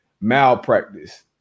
malpractice